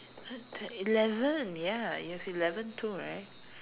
eleven ya you have eleven too right